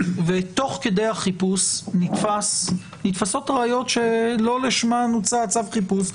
ותוך כדי החיפוש נתפסות ראיות שלא לשמן הוצא צו החיפוש.